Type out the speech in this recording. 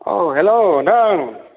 अ हेल' नोंथां